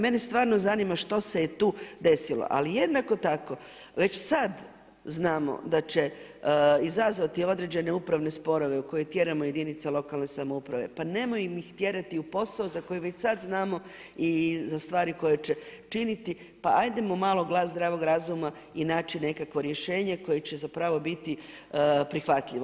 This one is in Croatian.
Mene stvarno što se je tu desilo, ali jednako tako, već sad znamo da će izazvati određene upravne sporove u koje tjeramo jedinice lokalne samouprave, pa nemojmo ih tjerati u posao za koji već sad znamo i stvari koje će činiti, pa ajdemo malo glas zdravog razuma i naći nekakvo rješenje koje će za pravo biti prihvatljivo.